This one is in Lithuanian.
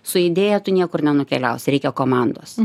su idėja tu niekur nenukeliausi reikia komandos